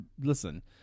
listen